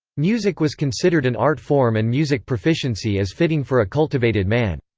music was considered an art form and music proficiency as fitting for a cultivated man.